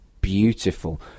beautiful